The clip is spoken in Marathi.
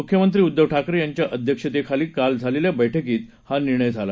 मुख्यमंत्री उद्दव ठाकरे यांच्या अध्यक्षतेखाली काल झालेल्या बैठकीत हा निर्णय झाला